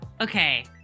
okay